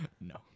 No